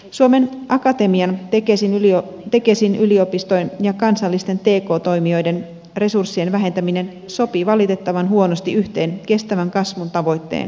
suomen akatemian tekesin yliopistojen ja kansallisten tk toimijoiden resurssien vähentäminen sopii valitettavan huonosti yhteen kestävän kasvun tavoitteen kanssa